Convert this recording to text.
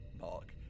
Mark